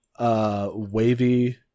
wavy